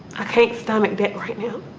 i can't stomach that right now.